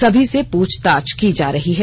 सभी से प्रछताछ की जा रही है